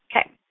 Okay